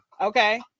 okay